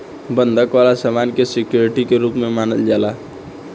बंधक वाला सामान के सिक्योरिटी के रूप में मानल जाला